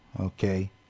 Okay